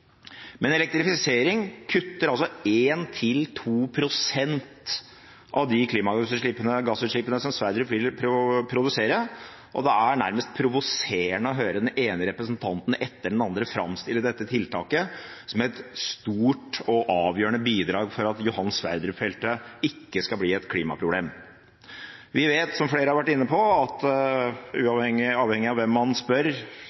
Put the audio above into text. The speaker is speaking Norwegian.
Men elektrifisering kutter 1–2 pst. av de klimagassutslippene som Sverdrup vil produsere, og det er nærmest provoserende å høre den ene representanten etter den andre framstille dette tiltaket som et stort og avgjørende bidrag for at Johan Sverdrup-feltet ikke skal bli et klimaproblem. Vi vet, som flere har vært inne på, at avhengig av hvem man spør,